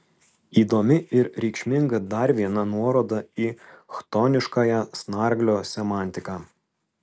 įdomi ir reikšminga dar viena nuoroda į chtoniškąją snarglio semantiką